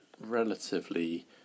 relatively